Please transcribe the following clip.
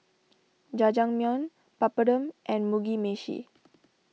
Jajangmyeon Papadum and Mugi Meshi